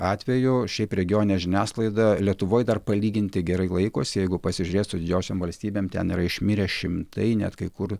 atveju šiaip regioninė žiniasklaida lietuvoj dar palyginti gerai laikosi jeigu pasižiūrėt su didžiosiom valstybėm ten yra išmirę šimtai net kai kur